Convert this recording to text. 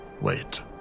Wait